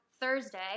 thursday